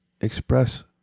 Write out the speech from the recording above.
express